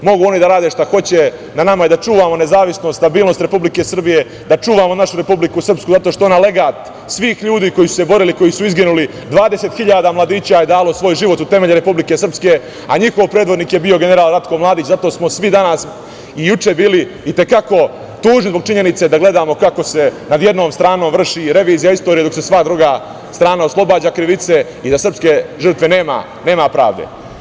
Mogu oni da rade šta hoće, a na nama je da čuvamo nezavisnost, stabilnost Republike Srbije, da čuvamo našu Republiku Srpsku, zato što je ona legat svih ljudi koji su se borili i koji su izginuli, 20.000 mladića je dalo svoj život u temelje Republike Srpske, a njihov predvodnik je bio general Ratko Mladić, zato smo svi danas i juče bili i te kako tužni zbog činjenice da gledamo kako se nad jednom stranom vrši revizija istorije, dok se druga strana oslobađa krivice i da za srpske žrtve nema pravde.